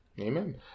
Amen